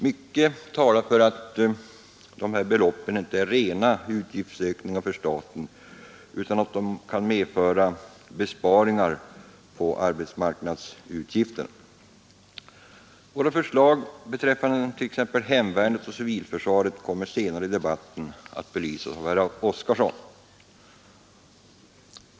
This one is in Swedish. Mycket talar för att de här beloppen inte är rena utgiftsökningar för staten utan kan medföra besparingar på arbetsmarknadsutgifterna. Våra förslag beträffande t.ex. hemvärnet och civilförsvaret kommer senare i debatten att belysas av herr Oskarson.